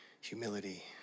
humility